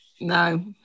No